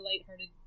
lighthearted